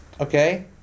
Okay